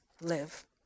live